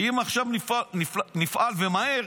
שאם נפעל עכשיו ומהר,